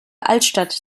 altstadt